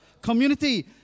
community